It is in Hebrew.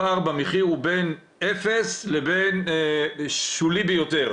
הפער במחיר הוא בין 0 לבין שולי ביותר.